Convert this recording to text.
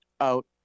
out